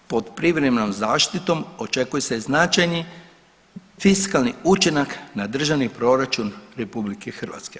Pod privremenom zaštitom očekuje se značajni fiskalni učinak na Državni proračun RH.